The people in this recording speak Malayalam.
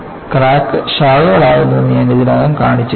ക്രാക്ക് ശാഖകൾ ആകുന്നുവെന്ന് ഞാൻ ഇതിനകം കാണിച്ചിരുന്നു